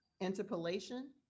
Interpolation